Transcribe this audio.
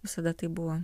visada taip buvo